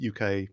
UK